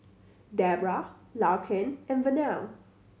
Debrah Larkin and Vernell